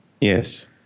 Yes